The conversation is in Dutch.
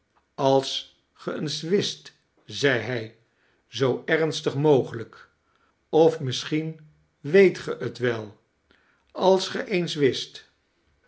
als ge eens wist zei hij zoo ernsti'g mogelijk of misschien weet o-e t wcl als ge eens wist